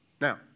Now